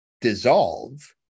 dissolve